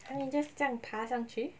!huh! 你 just 这样爬上去